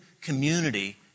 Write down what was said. community